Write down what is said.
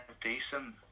decent